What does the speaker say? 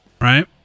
right